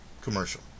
commercial